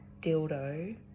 dildo